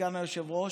סגן היושב-ראש,